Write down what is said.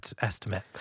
estimate